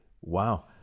Wow